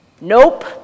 nope